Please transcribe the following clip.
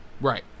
right